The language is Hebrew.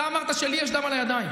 אתה אמרת שלי יש דם על הידיים.